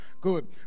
Good